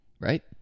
Right